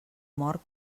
mort